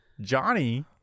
Johnny